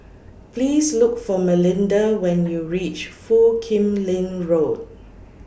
Please Look For Melinda when YOU REACH Foo Kim Lin Road